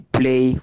play